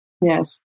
Yes